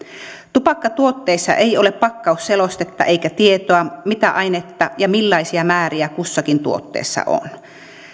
tupakkatuotteissa ei ole pakkausselostetta eikä tietoa mitä ainetta ja millaisia määriä kussakin tuotteessa on